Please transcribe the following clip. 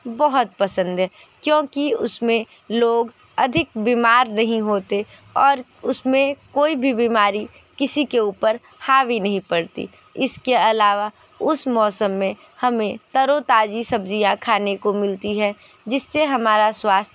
बहुत पसंद है क्योंकि उसमे लोग अधिक बीमार नहीं होते और उसमें कोई भी बिमारी किसी के ऊपर हावी नहीं पड़ती इसके अलावा उस मौसम में हमें तरोताजी सब्जियाँ खाने को मिलती है जिससे हमारा स्वास्थ्य